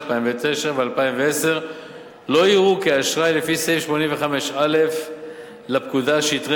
2009 ו-2010 לא יראו כאשראי לפי סעיף 85א לפקודה שטרי